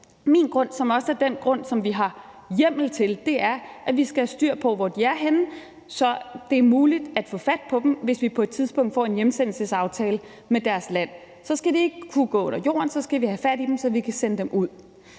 Min grund, der også er den grund, som vi har hjemmel til, er, at vi skal have styr på, hvor de er henne, så det er muligt at få fat på dem, hvis vi på et tidspunkt får en hjemsendelsesaftale med deres hjemland. Så skal de ikke kunne gå under jorden. Så skal vi have fat i dem, så vi kan sende dem ud.